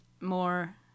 more